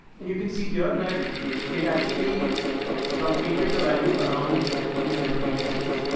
and you can see here that it actually ah truncated the value around fifteen or twenty decimals.